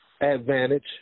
advantage